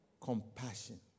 Compassion